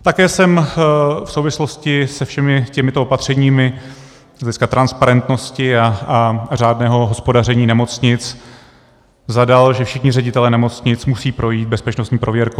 Také jsem v souvislosti se všemi těmito opatřeními z hlediska transparentnosti a řádného hospodaření nemocnic zadal, že všichni ředitelé nemocnic musí projít bezpečnostní prověrkou.